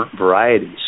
varieties